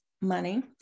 money